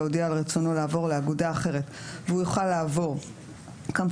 להודיע על רצונו לעבור לאגודה אחרת והוא יוכל לעבור כמפורט